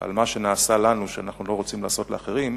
מה שנעשה לנו שאנחנו לא רוצים לעשות לאחרים,